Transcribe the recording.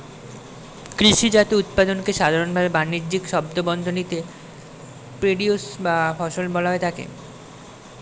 কৃষিজাত উৎপাদনকে সাধারনভাবে বানিজ্যিক শব্দবন্ধনীতে প্রোডিউসর বা ফসল বলা হয়ে থাকে